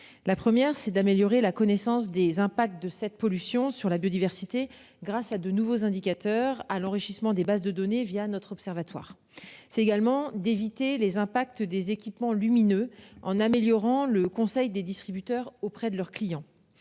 La première c'est d'améliorer la connaissance des impacts de cette pollution sur la biodiversité, grâce à de nouveaux indicateurs à l'enrichissement des bases de données via notre observatoire, c'est également d'éviter les impacts des équipements lumineux en améliorant le Conseil des distributeurs auprès de leurs clients.